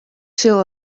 sil